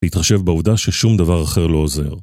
להתחשב בעובדה ששום דבר אחר לא עוזר.